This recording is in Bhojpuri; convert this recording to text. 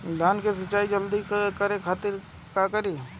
धान के सिंचाई जल्दी करे खातिर का करी?